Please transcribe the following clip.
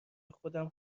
خودم